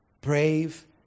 Brave